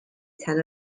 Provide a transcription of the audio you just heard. tan